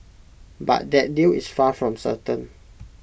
but that deal is far from certain